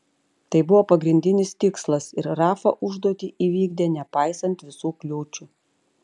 tai buvo pagrindinis tikslas ir rafa užduotį įvykdė nepaisant visų kliūčių